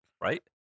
Right